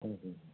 ಹ್ಞೂ ಹ್ಞೂ